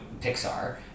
Pixar